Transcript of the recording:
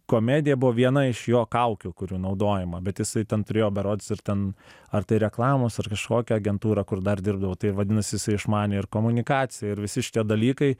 komedija buvo viena iš jo kaukių kuri naudojama bet jisai ten turėjo berods ir ten ar tai reklamos ar kažkokią agentūrą kur dar dirbdavo tai vadinas jisai išmanė ir komunikaciją ir visi šitie dalykai